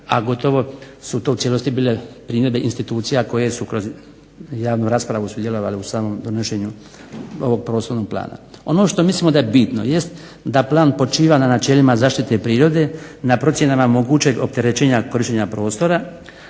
a gotovo su to u cijelosti bile primjedbe institucija koje su kroz javnu raspravu sudjelovale u samom donošenju ovog prostornog plana. Ono što mislimo da je bitno jest da plan počiva na načelima zaštite prirode, na procjenama mogućeg opterećenja korištenja prostora,